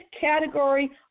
category